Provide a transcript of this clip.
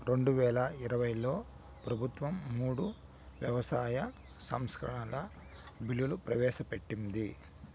రెండువేల ఇరవైలో ప్రభుత్వం మూడు వ్యవసాయ సంస్కరణల బిల్లులు ప్రవేశపెట్టింది